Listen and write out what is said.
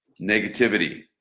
Negativity